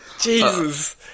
Jesus